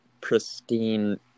pristine